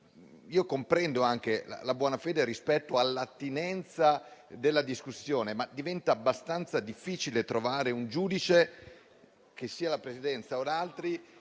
Comprendo la buona fede rispetto all'attinenza della discussione, ma diventa abbastanza difficile trovare un giudice, che sia la Presidenza o altri,